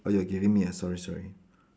oh you are giving me ah sorry sorry